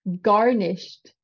garnished